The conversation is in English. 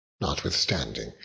Notwithstanding